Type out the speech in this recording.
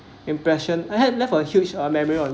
impression I had left a huge a memory on